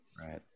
Right